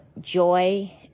joy